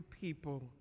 people